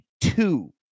two